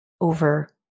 over